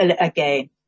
again